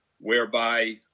whereby